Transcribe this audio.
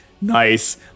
nice